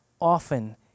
often